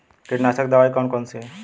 कीटनाशक दवाई कौन कौन सी हैं?